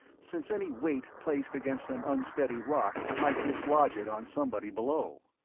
since any weight placed against an unsteady rock might dislodge it on somebody below.